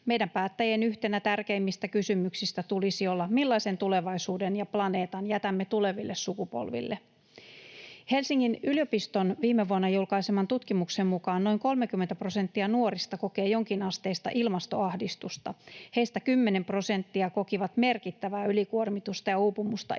Meidän päättäjien yhtenä tärkeimmistä kysymyksistä tulisi olla, millaisen tulevaisuuden ja planeetan jätämme tuleville sukupolville. Helsingin yliopiston viime vuonna julkaiseman tutkimuksen mukaan noin 30 prosenttia nuorista kokee jonkinasteista ilmastoahdistusta. Heistä 10 prosenttia koki merkittävää ylikuormitusta ja uupumusta ilmastokriisin